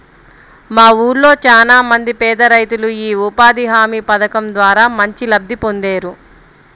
మా ఊళ్ళో చానా మంది పేదరైతులు యీ ఉపాధి హామీ పథకం ద్వారా మంచి లబ్ధి పొందేరు